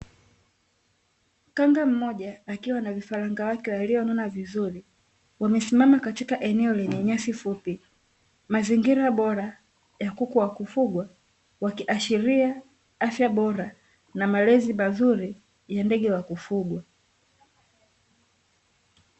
Kanga mmoja akiwa na vifaranga wake walionona vizuri wamesimama katika eneo lenye nyasi fupi, mazingira bora ya kuku wa kufugwa wakiashiria afya bora na malezi mazuri ya ndege wa kufugwa.